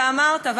אתה אמרת.